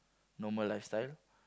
normal lifestyle